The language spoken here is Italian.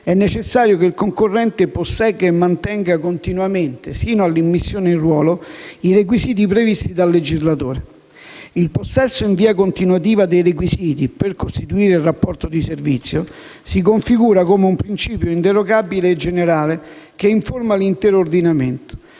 è necessario che il concorrente possegga e mantenga continuamente, sino all'immissione in ruolo, i requisiti previsti dal legislatore. Il possesso in via continuativa dei requisiti per costituire il rapporto di servizio, si configura come un principio inderogabile e generale che informa l'intero ordinamento.